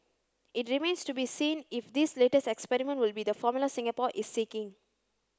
it remains to be seen if this latest experiment will be the formula Singapore is seeking